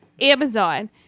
Amazon